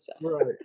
Right